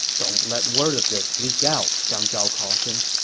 don't let word of this leak out, zhang zhao cautioned.